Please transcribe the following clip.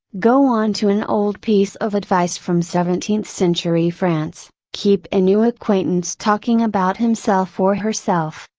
go on to an old piece of advice from seventeenth century france, keep a new acquaintance talking about himself or herself,